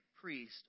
priest